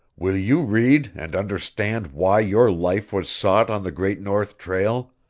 will you read, and understand why your life was sought on the great north trail,